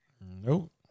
Nope